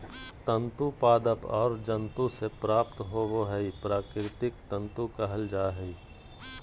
तंतु पादप और जंतु से प्राप्त होबो हइ प्राकृतिक तंतु कहल जा हइ